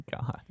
God